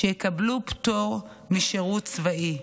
שיקבלו פטור משירות צבאי.